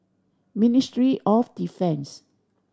Ministry of Defence